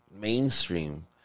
mainstream